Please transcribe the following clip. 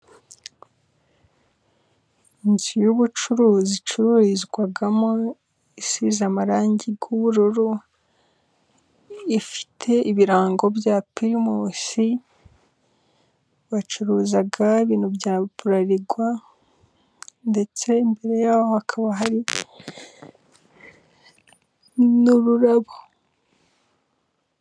Inzu y'ubucuruzi, icururizwamo isize amarangi y'ubururu ifite ibirango bya primusi, bacuruza ibintu bya bralirwa ndetse imbere yaho hakaba hari n'ururabo.